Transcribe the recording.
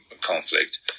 conflict